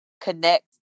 connect